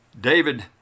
David